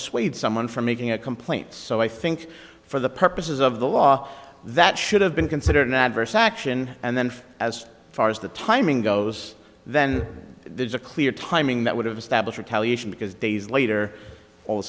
swayed someone from making a complaint so i think for the purposes of the law that should have been considered an adverse action and then as far as the timing goes then there's a clear timing that would have establish retaliation because days later